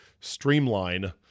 streamline